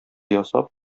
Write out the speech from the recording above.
ясап